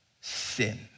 sin